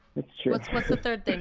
that's true. what's what's the third